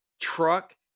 Truck